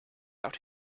out